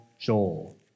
Joel